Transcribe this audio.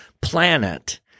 planet